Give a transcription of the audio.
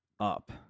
up